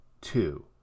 Two